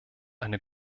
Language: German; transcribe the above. eine